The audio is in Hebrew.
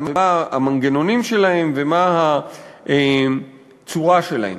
מה המנגנונים שלהם ומה הצורה שלהם.